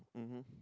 mmhmm